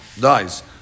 dies